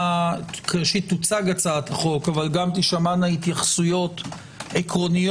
שבה תוצג הצעת החוק אבל גם תישמענה התייחסויות עקרוניות,